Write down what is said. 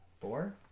four